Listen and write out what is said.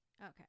Okay